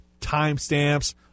timestamps